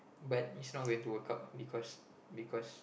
but it's bot going to work out because because